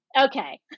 Okay